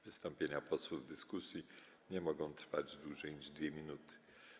Wystąpienia posłów w dyskusji nie mogą trwać dłużej niż 2 minuty.